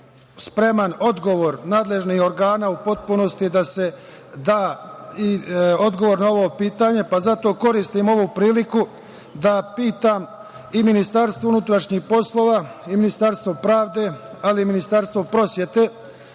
spreman odgovor nadležnih organa u potpunosti da se da i odgovor na ovo pitanje, pa zato koristim ovu priliku da pitam i MUP i Ministarstvo pravde, ali i Ministarstvo prosvete